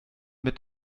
mit